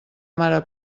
mare